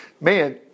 man